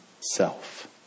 self